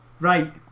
Right